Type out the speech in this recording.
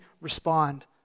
respond